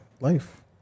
life